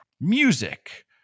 music